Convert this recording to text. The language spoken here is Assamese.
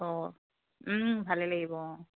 অঁ ভালে লাগিব অঁ